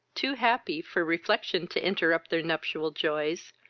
too happy for reflection to interrupt their nuptial joys,